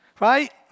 right